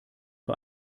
für